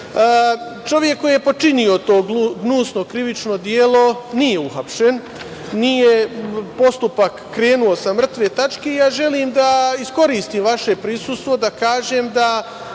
Čovek koji je počinio to gnusno krivično delo nije uhapšen, nije postupak krenuo sa mrtve tačke. Želim da iskoristim vaše prisustvo da kažem da